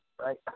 Right